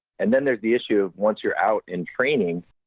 and then there's the issue of once you're out in trainings,